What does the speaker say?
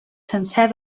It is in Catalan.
sencer